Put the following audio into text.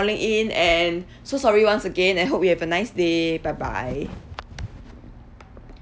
~alling in and so sorry once again and hope you have a nice day bye bye